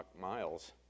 Miles